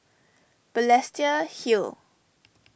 Balestier Hill